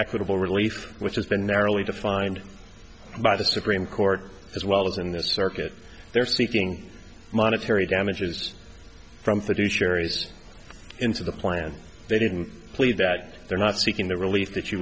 equitable relief which has been narrowly defined by the supreme court as well as in this circuit they're seeking monetary damages from fiduciaries into the plan they didn't plead that they're not seeking the relief that you